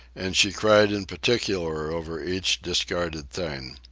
and she cried in particular over each discarded thing.